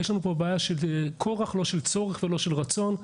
יש לנו כאן בעיה של כורח, לא של צורך ולא של רצון.